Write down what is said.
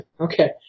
Okay